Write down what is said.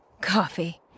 Coffee